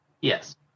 Yes